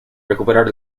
recuperar